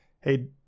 hey